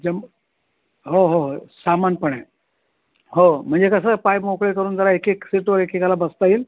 जम हो हो हो सामान पण आहे हो म्हणजे कसं पाय मोकळे करून जरा एक एक सीटवर एकेकाला बसता येईल